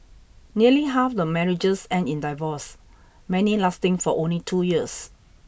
nearly half the marriages end in divorce many lasting for only two years